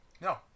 No